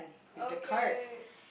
okay